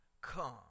come